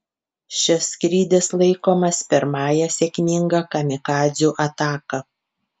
šis skrydis laikomas pirmąja sėkminga kamikadzių ataka